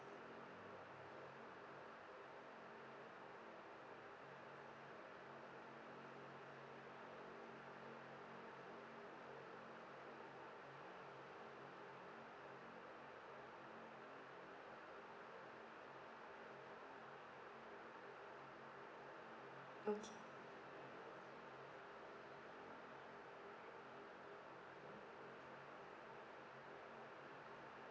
okay